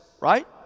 right